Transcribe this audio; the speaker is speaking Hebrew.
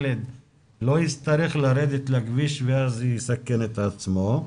שילד לא יצטרך לרדת לכביש ולסכן את עצמו.